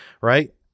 right